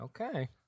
Okay